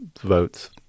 votes